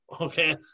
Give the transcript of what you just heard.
okay